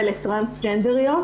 ולטרנסנג'דריות.